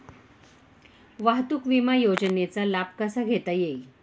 वाहतूक विमा योजनेचा लाभ कसा घेता येईल?